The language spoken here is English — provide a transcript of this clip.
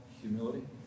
humility